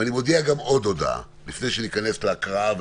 אני מודיע עוד הודעה לפני שניכנס להקראה.